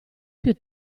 più